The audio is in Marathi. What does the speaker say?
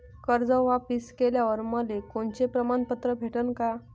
कर्ज वापिस केल्यावर मले कोनचे प्रमाणपत्र भेटन का?